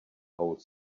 whole